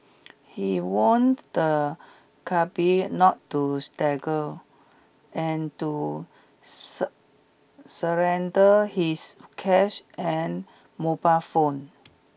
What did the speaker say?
he warned the cabby not to struggle and to surrender his cash and mobile phone